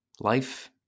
Life